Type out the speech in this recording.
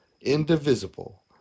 indivisible